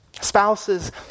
Spouses